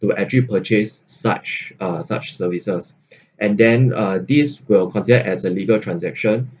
who actually purchase such uh such services and then uh this will considered as a legal transaction